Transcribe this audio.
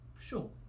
sure